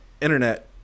internet